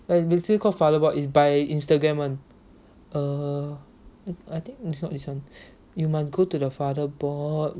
ya it's literally called father board it's by instagram [one] err I think it's not this one you must go to the father board